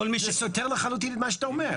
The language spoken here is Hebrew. זה סותר לחלוטין את מה שאתה אומר.